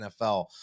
NFL